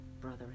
brother